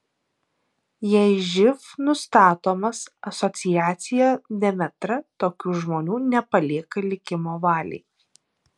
jei živ nustatomas asociacija demetra tokių žmonių nepalieka likimo valiai